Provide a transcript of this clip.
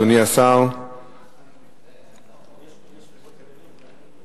הצעת חוק דין משמעתי במשטרת ישראל ובשירות בתי-הסוהר (תיקוני חקיקה),